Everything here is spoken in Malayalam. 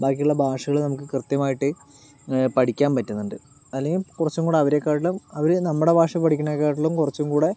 ബാക്കിയുള്ള ഭാഷകൾ നമുക്ക് കൃത്യമായിട്ടു പഠിയ്ക്കാൻ പറ്റുന്നുണ്ട് അല്ലെങ്കിൽ കുറച്ചും കൂടി അവരെക്കാട്ടിലും അവർ നമ്മുടെ ഭാഷ പഠിക്കുന്നതിനേക്കാട്ടിലും കുറച്ചും കൂടി